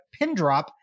Pindrop